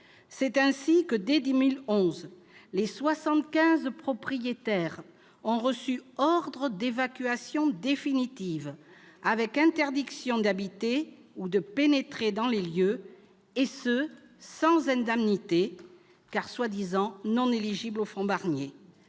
C'est ainsi que, dès 2011, les 75 propriétaires ont reçu un ordre d'évacuation définitive avec interdiction d'habiter ou de pénétrer dans les lieux, et ce sans indemnités, car ils seraient prétendument non éligibles au fonds Barnier.